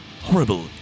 horrible